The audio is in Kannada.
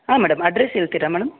ಹಾಂ ಮೇಡಮ್ ಅಡ್ರೆಸ್ ಹೇಳ್ತೀರಾ ಮೇಡಮ್